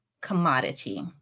commodity